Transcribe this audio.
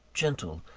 gentle,